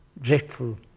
dreadful